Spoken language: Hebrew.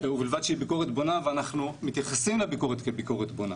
ובלבד שהיא ביקורת בונה ואנחנו מתייחסים לביקורת כביקורת בונה,